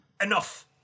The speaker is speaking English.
Enough